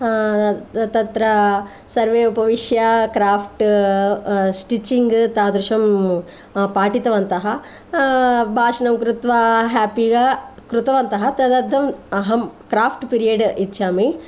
तत्र सर्वे उपविश्य क्राफ्ट् स्टिचिङ्ग् तादृशं पाठितवन्तः भाषणं कृत्वा हेप्पीगा कृतवन्तः तदर्थम् अहं क्राफ्ट् पीरियड् इच्छामि